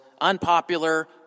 unpopular